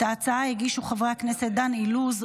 את ההצעה הגישו חברי הכנסת דן אילוז,